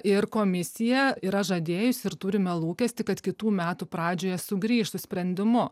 ir komisija yra žadėjus ir turime lūkestį kad kitų metų pradžioje sugrįš su sprendimu